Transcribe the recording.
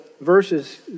Verses